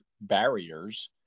barriers